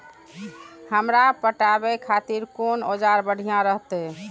हमरा पटावे खातिर कोन औजार बढ़िया रहते?